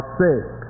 sick